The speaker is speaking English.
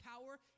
power